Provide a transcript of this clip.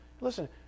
Listen